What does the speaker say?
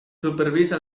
supervisa